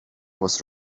was